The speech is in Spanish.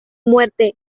muerte